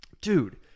dude